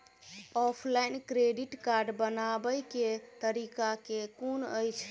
Offline credit card बनाबै केँ तरीका केँ कुन अछि?